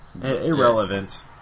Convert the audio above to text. Irrelevant